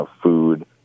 food